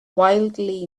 wildly